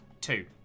two